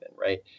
right